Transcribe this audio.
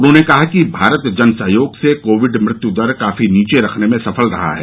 उन्होने कहा कि भारत जनसहयोग से कोविड मृत्यु दर काफी नीचे रखने में सफल रहा है